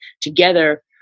together